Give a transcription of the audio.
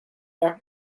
air